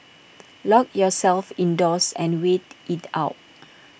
lock yourselves indoors and wait IT out